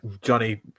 Johnny